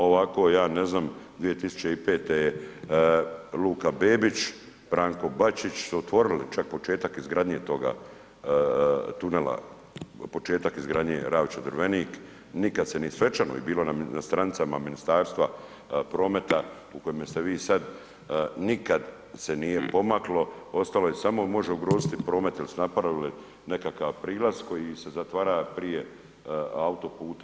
Ovako ja ne znam 2005. je Luka Bebić, Branko Bačić su otvorili čak početak izgradnje toga tunela, početak izgradnje Ravča-Drvenik, nikad se, i svečano i bilo na stranica ministarstva prometa u kojemu ste vi sad, nikad se nije pomaklo, ostalo je, samo može ugroziti promet jer su napravili nekakav prilaz koji se zatvara prije autoputa.